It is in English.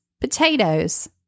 potatoes